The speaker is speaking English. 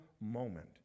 moment